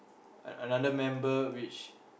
a another member which